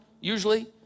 usually